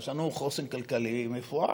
יש לנו חוסן כלכלי מפואר,